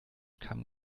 kamen